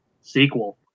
sequel